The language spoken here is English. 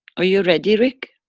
are you ready rick.